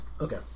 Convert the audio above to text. Okay